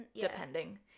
Depending